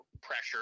pressure